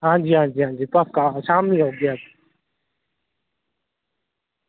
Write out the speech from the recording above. आं जी आं जी पक्का शामीं लै औगे अस